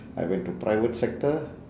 I went to private sector